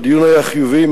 הדיון היה חיובי,